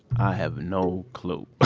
i have no clue.